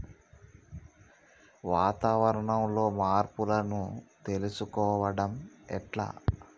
వాతావరణంలో మార్పులను తెలుసుకోవడం ఎట్ల?